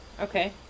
Okay